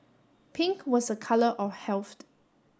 pink was a colour of health